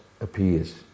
appears